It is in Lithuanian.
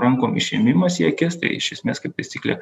rankom išėmimas į akis tai iš esmės kaip taisyklė